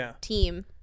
team